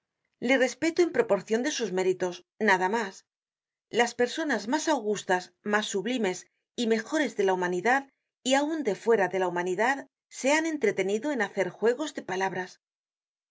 le respeto en proporcion de sus méritos nada mas las personas mas augustas mas sublimes y mejores de la humanidad y aun de fuera de la humanidad se han entretenido en hacer juegos de palabras